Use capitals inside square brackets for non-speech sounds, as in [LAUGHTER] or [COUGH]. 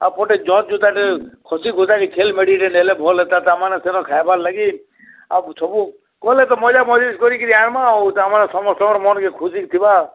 ଆର୍ ପଟେ [UNINTELLIGIBLE] ଟେ ଖସିଖୁସା କି ଛେଲ୍ ମେଢ଼ିଟେ ନେଲେ ଭଲ୍ ହେତା ତା'ର୍ମାନେ ସେନ ଖାଏବାର୍ ଲାଗି ଆଉ ସବୁ ଗଲେ ତ ମଜା ମଜ୍ଲିସ୍ କରିକିରି ଆଏମା ଆଉ ତା'ର୍ମାନେ ସମସ୍ତଙ୍କର୍ ମନ୍କେ ଖୁସି ଥିବା